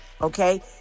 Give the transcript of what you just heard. Okay